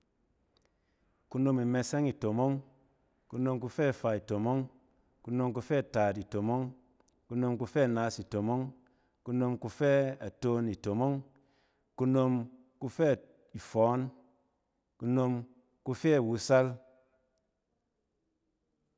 Kunom im sɛng ntomong, kunom kufɛ faa ntomong, kunom kufɛ taat itomong, kunom kufɛ naas itomong, kunam kufɛ atom itomong, kunom kufɛ-t-ifↄↄn, kunom kufɛ wusal.